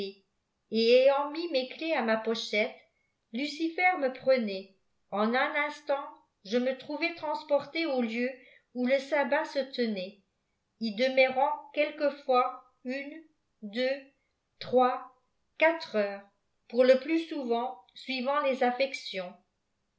et ayant mis mes clefs à ma pochette lucifer me prenait en un instant je me trouvais transporté au lieu où le sabbat se tenait y demeurant quelquefois une deux trois quatre heures pour le plus souvent suivant les affections